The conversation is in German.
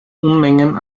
unmengen